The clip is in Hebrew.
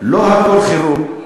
לא הכול חירום,